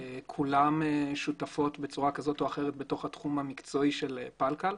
כולן שותפות בצורה כזו או אחרת בתוך התחום המקצועי של פלקל,